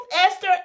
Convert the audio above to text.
Esther